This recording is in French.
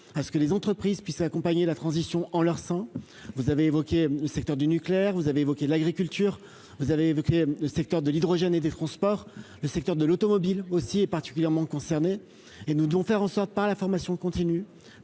à ce que les entreprises puissent accompagner la transition en leur sein, vous avez évoqué le secteur du nucléaire, vous avez évoqué l'agriculture, vous avez évoqué le secteur de l'hydrogène et des transports, le secteur de l'automobile aussi est particulièrement concernés et nous devons faire en sorte, par la formation continue